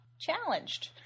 challenged